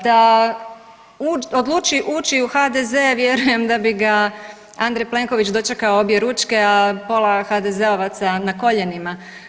Da odluči ući u HDZ vjerujem da bi ga Andrej Plenković dočekao objeručke, a pola HDZ-ovaca na koljenima.